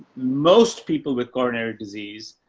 most people with coronary disease,